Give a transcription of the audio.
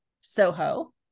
Soho